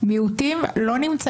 מה מנע